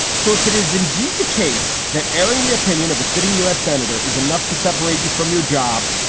so if it is indeed the case that airing the opinion of a sitting u s. senator is enough to separate you from your job,